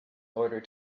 order